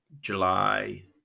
July